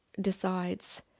decides